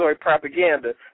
propaganda